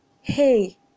hey